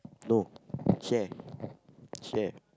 no share share